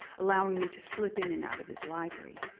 allowing me to slip in and out of his library.